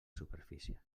superfície